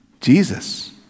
Jesus